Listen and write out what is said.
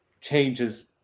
changes